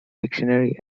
dictionary